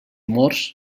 morts